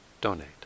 donate